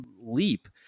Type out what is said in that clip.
leap